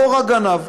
חורא גנב.